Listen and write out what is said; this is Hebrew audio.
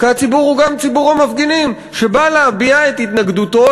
כי הציבור הוא גם ציבור המפגינים שבא להביע את התנגדותו,